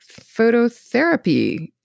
phototherapy